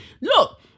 Look